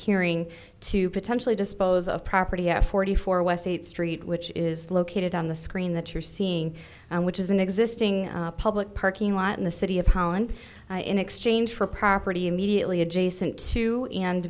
hearing to potentially dispose of property at forty four west eighth street which is located on the screen that you're seeing which is an existing public parking lot in the city of holland in exchange for property immediately adjacent to and